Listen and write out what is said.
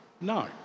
No